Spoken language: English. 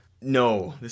No